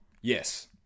Yes